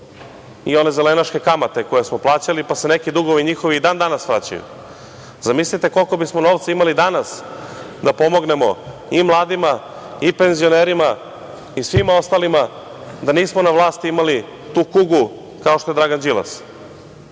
i one zelenaške kamate koje smo plaćali, pa se neki dugovi njihovi i dan danas vraćaju. Zamislite koliko bismo novca imali danas da pomognemo i mladima i penzionerima i svima ostalima da nismo na vlasti imali tu kugu kao što je Dragan Đilas.